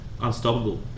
unstoppable